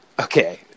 okay